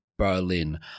Berlin